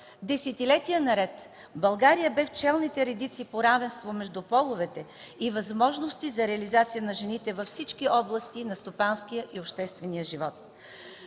Десетилетия наред България беше в челните редици по равенство между половете и възможности за реализация на жените във всички области на стопанския и обществения живот.